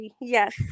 yes